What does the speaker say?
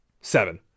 seven